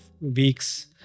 week's